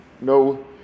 no